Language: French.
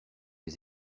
les